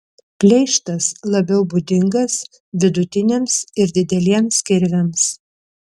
pleištas labiau būdingas vidutiniams ir dideliems kirviams